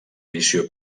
missió